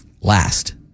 last